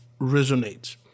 resonates